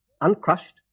uncrushed